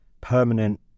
permanent